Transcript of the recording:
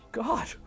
god